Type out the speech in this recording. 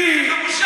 הוא ביטל.